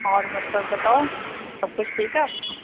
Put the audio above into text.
اور مطلب بتاؤ سب کچھ ٹھیک ہے